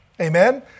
amen